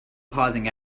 pausing